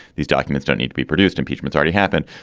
these documents don't need to be produced. impeachment already happened,